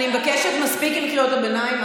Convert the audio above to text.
אני מבקשת, מספיק עם קריאות הביניים.